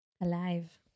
Alive